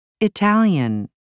Italian